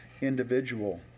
individual